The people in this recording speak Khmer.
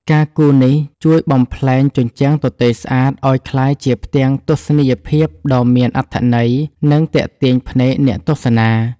ការគូរនេះជួយបំប្លែងជញ្ជាំងទទេស្អាតឱ្យក្លាយជាផ្ទាំងទស្សនីយភាពដ៏មានអត្ថន័យ និងទាក់ទាញភ្នែកអ្នកទស្សនា។